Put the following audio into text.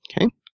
Okay